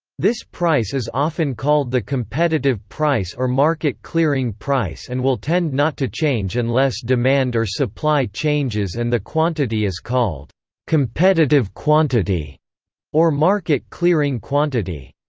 this price is often called the competitive price or market clearing price and will tend not to change unless demand or supply changes and the quantity is called competitive quantity or market clearing quantity.